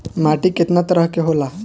माटी केतना तरह के होला?